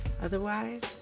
otherwise